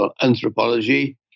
anthropology